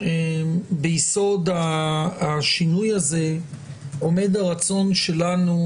שביסוד השינוי הזה עומד הרצון שלנו,